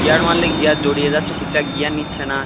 gear মারলে gear জড়িয়ে যাচ্ছে ঠিকঠাক গিয়ার নিচ্ছে না